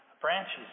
branches